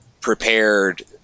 prepared